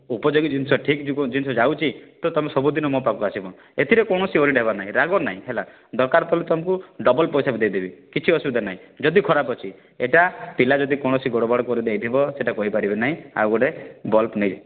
ଉପଯୋଗୀ ଜିନିଷ ଠିକ୍ ଜିନିଷ ଯାଉଛି ତ ତୁମେ ସବୁ ଦିନ ମୋ ପାଖକୁ ଆସିବ ଏଥିରେ କୌଣସି ୱରିଡ଼୍ ହବାର ନାଇଁ ରାଗ ନାଇଁ ହେଲା ଦରକାର ପଡ଼ିଲେ ତମକୁ ଡବଲ୍ ପଇସା ବି ଦେଇ ଦେବି କିଛି ଅସୁବିଧା ନାହିଁ ଯଦି ଖରାପ ଅଛି ଏଇଟା ପିଲା ଯଦି କୈଣସି ଗଡ଼ବଡ଼ କରି ଦେଇ ଥିବ ସେଇଟା କହି ପାରିବି ନାହିଁ ଆଉ ଗୋଟେ ବଲ୍ବ ନିଅ